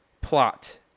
plot